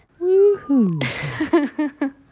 Woohoo